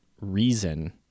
reason